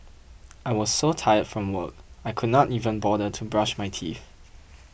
I was so tired from work I could not even bother to brush my teeth